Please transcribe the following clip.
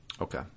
Okay